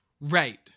Right